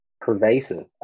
pervasive